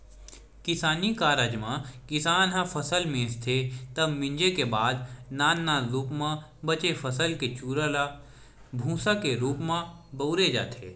किसानी कारज म किसान ह फसल मिंजथे तब मिंजे के बाद नान नान रूप म बचे फसल के चूरा ल भूंसा के रूप म बउरे जाथे